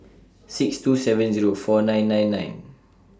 six two seven Zero four nine nine nine